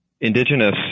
Indigenous